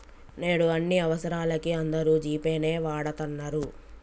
నేడు అన్ని అవసరాలకీ అందరూ జీ పే నే వాడతన్నరు